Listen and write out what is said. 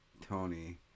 Tony